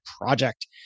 project